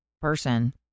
person